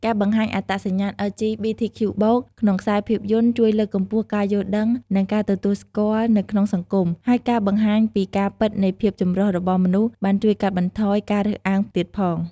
ការបង្ហាញអត្តសញ្ញាណ អិល ជី ប៊ី ធី ខ្ជូ បូក (LGBTQ+) ក្នុងខ្សែភាពយន្តជួយលើកកម្ពស់ការយល់ដឹង និងការទទួលស្គាល់នៅក្នុងសង្គម ហើយការបង្ហាញពីការពិតនៃភាពចម្រុះរបស់មនុស្សបានជួយកាត់បន្ថយការរើសអើងទៀតផង។